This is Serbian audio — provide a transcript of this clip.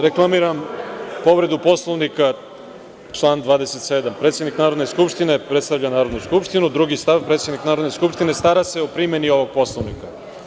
Reklamiram povredu Poslovnika član 27. - predsednik Narodne skupštine predstavlja Narodnu skupštinu, drugi stav - predsednik Narodne skupštine stara se o primeni ovog Poslovnika.